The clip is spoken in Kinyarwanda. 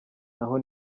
naho